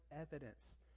evidence